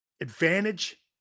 Advantage